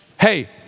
hey